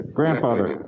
grandfather